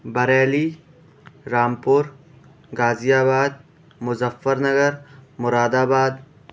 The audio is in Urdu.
بریلی رامپور غازی آباد مظفر نگر مراد آباد